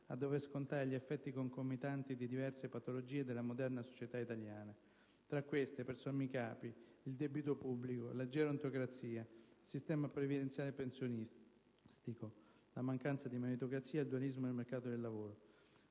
a dover scontare gli effetti concomitanti di diverse patologie della moderna società italiana. Tra queste vi sono, per sommi capi: il debito pubblico, la gerontocrazia, il sistema previdenziale e pensionistico, la mancanza di meritocrazia ed il dualismo del mercato del lavoro.